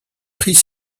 prix